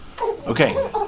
Okay